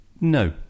No